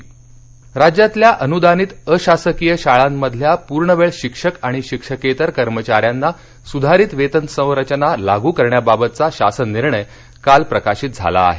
तावडे राज्यातल्या अनुदानित अशासकीय शाळांमधल्या पूर्णवेळ शिक्षक आणि शिक्षकेतर कर्मचाऱ्यांना सुधारित वेतन संरचना लागू करण्याबाबतचा शासन निर्णय काल प्रकाशित झाला आहे